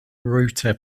router